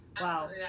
wow